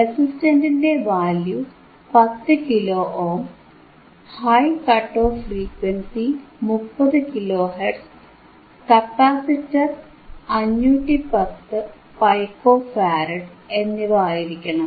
റെസിസ്റ്ററിന്റെ value 10 kilo ohm high cut off frequency 30 kilo hertz capacitor 510 pico farad എന്നിവ ആയിരിക്കണം